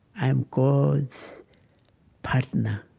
i'm god's partner.